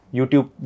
YouTube